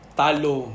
talo